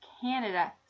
Canada